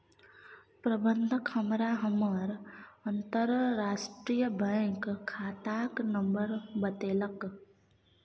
प्रबंधक हमरा हमर अंतरराष्ट्रीय बैंक खाताक नंबर बतेलक